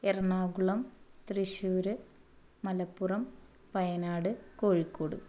Ernakulam Thrissur Malappuram Wayanad Kozhikode